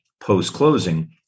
post-closing